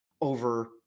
over